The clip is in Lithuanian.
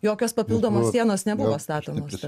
jokios papildomos sienos nebuvo statomos